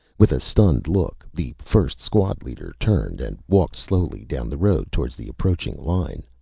with a stunned look, the first squad leader turned and walked slowly down the road towards the approaching line.